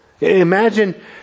Imagine